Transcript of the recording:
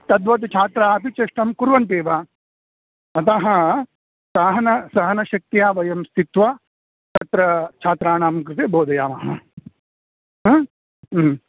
तद्वत् छात्राः अपि चेष्टां कुर्वन्त्येव अतः सहन सहनशक्त्या वयं स्थित्वा तत्र छात्राणां कृते बोधयामः आ